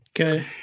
Okay